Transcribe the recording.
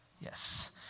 Yes